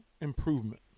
improvement